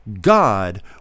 God